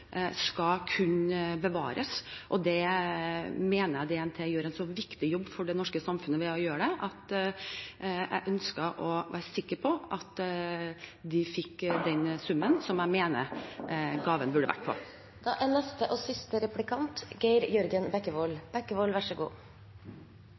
skal kunne bevares. Jeg mener DNT gjør en så viktig jobb for det norske samfunnet ved å gjøre det, at jeg ønsket å være sikker på at de fikk den summen som jeg mener de fortjener. Statsråden og jeg er